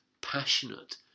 passionate